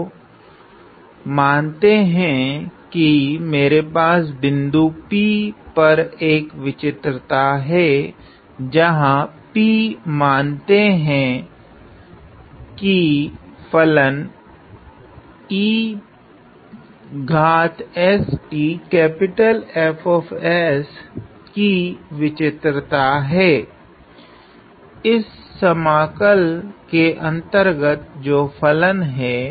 तो मानते हैं कि मेरे पास बिन्दु P पर एक विचित्रता है जहां P मानते है कि फलन est F की विचित्रता है इस समाकल के अंतर्गत जो फलन है